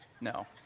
No